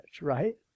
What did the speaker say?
right